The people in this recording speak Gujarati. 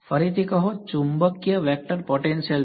ફરીથી કહો ચુંબકીય વેક્ટર પોટેન્શિયલ છે